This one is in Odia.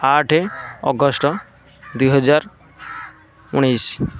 ଆଠ ଅଗଷ୍ଟ ଦୁଇ ହଜାର ଉଣେଇଶି